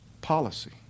policy